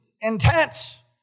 intense